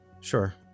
Sure